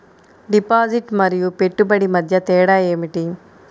Deposit మరియు పెట్టుబడి మధ్య తేడా ఏమిటి?